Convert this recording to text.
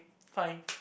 fine